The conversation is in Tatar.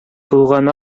тулган